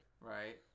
Right